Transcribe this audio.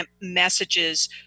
messages